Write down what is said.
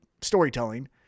storytelling